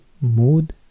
Mood